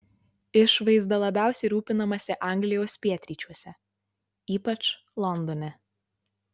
išvaizda labiausiai rūpinamasi anglijos pietryčiuose ypač londone